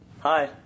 Hi